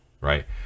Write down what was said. right